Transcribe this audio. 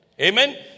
Amen